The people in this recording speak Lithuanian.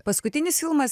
paskutinis filmas